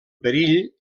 perill